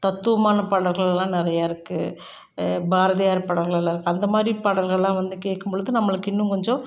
தத்துவமான பாடல்கள்லாம் நிறையா இருக்குது பாரதியார் பாடல்கள்ல அந்த மாதிரி பாடல்கள்லாம் வந்து கேட்கும் பொழுது நம்மளுக்கு இன்னும் கொஞ்சம்